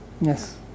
Yes